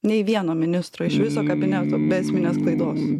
nei vieno ministro iš viso kabineto be esminės klaidos